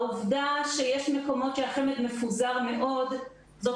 העובדה שיש מקומות שהחמ"ד מפוזר מאוד זו